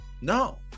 No